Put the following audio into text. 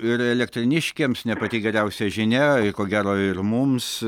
ir elektrėniškiams ne pati geriausia žinia ko gero ir mums